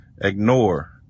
ignore